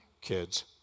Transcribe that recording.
kids